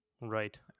Right